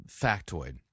factoid